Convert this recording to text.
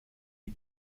die